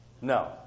No